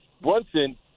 Brunson